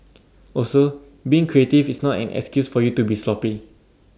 also being creative is not an excuse for you to be sloppy